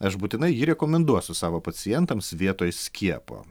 aš būtinai jį rekomenduosiu savo pacientams vietoj skiepo